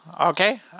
okay